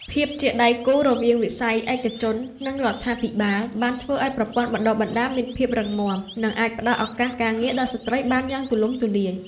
ភាពជាដៃគូរវាងវិស័យឯកជន និងរដ្ឋាភិបាលបានធ្វើឱ្យប្រព័ន្ធបណ្តុះបណ្តាលមានភាពរឹងមាំ និងអាចផ្តល់ឱកាសការងារដល់ស្ត្រីបានយ៉ាងទូលំទូលាយ។